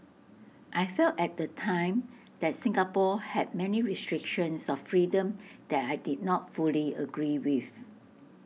I felt at the time that Singapore had many restrictions on freedom that I did not fully agree with